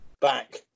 back